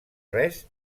res